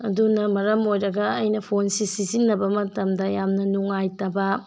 ꯑꯗꯨꯅ ꯃꯔꯝ ꯑꯣꯏꯔꯒ ꯑꯩꯅ ꯐꯣꯟꯁꯤ ꯁꯤꯖꯤꯟꯅꯕ ꯃꯇꯝꯗ ꯌꯥꯝꯅ ꯅꯨꯡꯉꯥꯏꯇꯕ